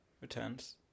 Returns